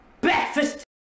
Breakfast